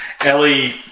Ellie